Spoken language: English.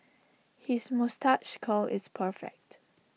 his moustache curl is perfect